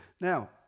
Now